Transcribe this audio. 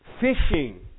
fishing